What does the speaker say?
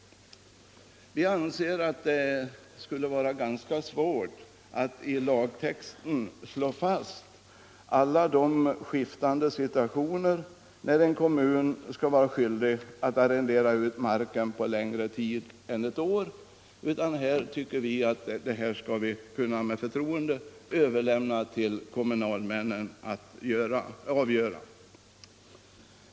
Vi anser att det skulle vara ganska svårt att i lagtexten slå fast alla de skiftande situationer då en kommun skall vara skyldig att arrendera ut marken på längre tid än ett år och tycker att vi kan överlämna åt kommunalmännen att avgöra det.